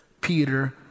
Peter